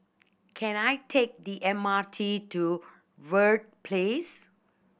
can I take the M R T to Verde Place